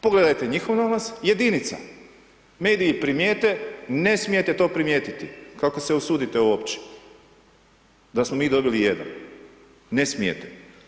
Pogledajte njihov nalaz, jedinica, mediji primijete, ne smijete to primijetiti, kako se usudite uopće da smo mi dobili jedan, ne smijete.